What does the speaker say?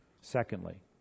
Secondly